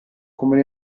come